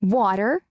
water